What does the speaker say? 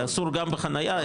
היה אסור גם בחנייה,